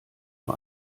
nur